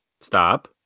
stop